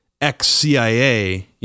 ex-CIA